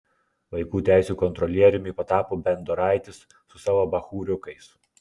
vaikų teisių kontrolieriumi patapo bendoraitis su savo bachūriukais